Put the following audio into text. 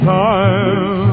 time